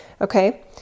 Okay